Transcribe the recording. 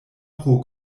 pro